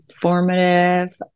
formative